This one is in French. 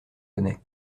launay